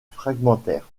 fragmentaire